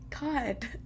God